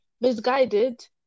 misguided